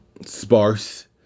sparse